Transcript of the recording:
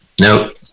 no